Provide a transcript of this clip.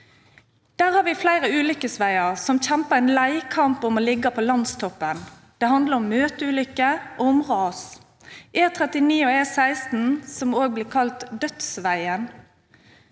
Der har vi flere ulykkesveier som kjemper en lei kamp om å ligge på landstoppen. Det handler om møteulykker og om ras. Vi har E39 og E16 – som også blir kalt dødsveien